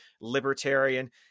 libertarian